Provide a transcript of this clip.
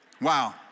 Wow